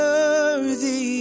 Worthy